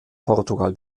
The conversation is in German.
portugal